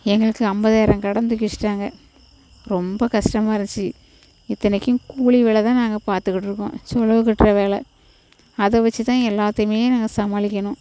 எங்களுக்கு ஐம்பதாயரம் கடன் தூக்கி வெச்சுட்டாங்க ரொம்ப கஷ்டமா இருந்துச்சு இத்தனைக்கும் கூலி வேலை தான் நாங்கள் பார்த்துகிட்டு இருக்கோம் சொலவு கட்டுற வேலை அதை வெச்சு தான் எல்லாத்தையுமே நாங்கள் சமாளிக்கணும்